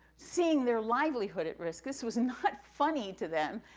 seeing their livelihood at risk, this was not funny to them,